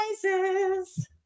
prizes